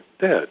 dead